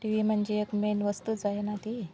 T V म्हणजे एक main वस्तूच आहे ना ती